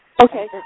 Okay